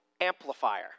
amplifier